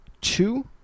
two